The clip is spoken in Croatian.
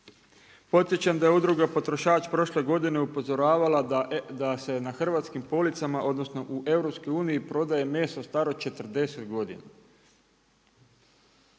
Podsjećam da je Udruga potrošač prošle godine upozoravala da se na hrvatskim policama odnosno u EU prodaje meso staro 40 godina.